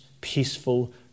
peaceful